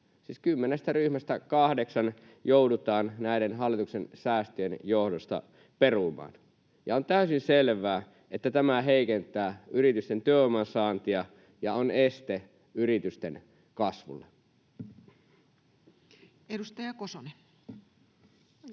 kymmenestä ryhmästä kahdeksan joudutaan näiden hallituksen säästöjen johdosta perumaan. On täysin selvää, että tämä heikentää yritysten työvoiman saantia ja on este yritysten kasvulle. [Speech